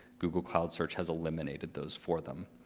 google cloud search has eliminated those for them.